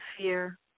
fear